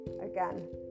Again